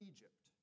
Egypt